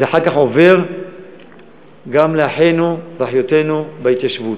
זה אחר כך עובר גם לאחינו ואחיותינו בהתיישבות,